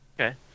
Okay